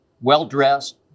well-dressed